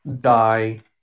die